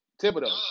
Thibodeau